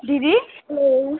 दिदी